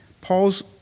Paul's